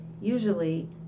Usually